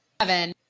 seven